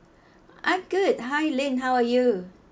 I'm good hi lynn how are you